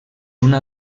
una